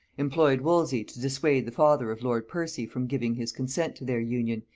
employed wolsey to dissuade the father of lord percy from giving his consent to their union,